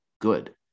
good